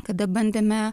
kada bandėme